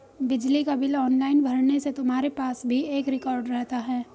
बिजली का bill online भरने से तुम्हारे पास भी एक रिकॉर्ड रहता है